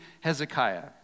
Hezekiah